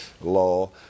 law